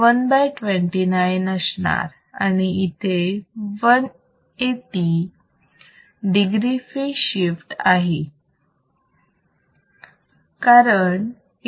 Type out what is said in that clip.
आणि इथे 180 degree phase shift आहे